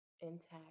intact